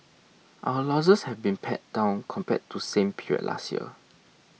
our losses have been pared down compared to same period last year